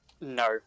No